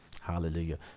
Hallelujah